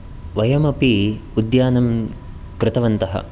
वयमपि उद्यानं कृतवन्तः